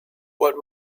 what